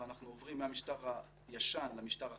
ואנחנו עוברים מהמשטר הישן למשטר החדש,